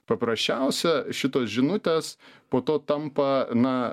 paprasčiausia šitos žinutės po to tampa na